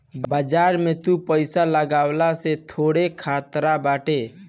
बाजार में तअ पईसा लगवला पअ धेरे खतरा बाटे